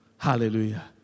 Hallelujah